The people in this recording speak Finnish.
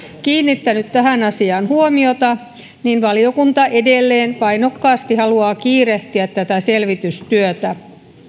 kiinnittänyt tähän asiaan huomiota niin valiokunta edelleen painokkaasti haluaa kiirehtiä tätä selvitystyötä